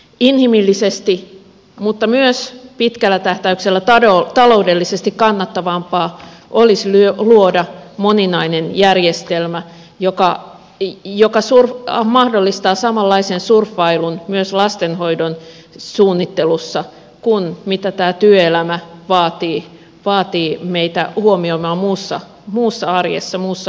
inhimillisesti mutta myös pitkällä tähtäyksellä taloudellisesti kannattavampaa olisi luoda moninainen järjestelmä joka mahdollistaa samanlaisen surffailun myös lastenhoidon suunnittelussa kuin mitä työelämä vaatii meitä huomioimaan muussa arjessa muussa elämässämme